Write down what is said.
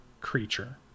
creature